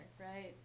right